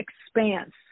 expanse